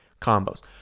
combos